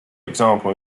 example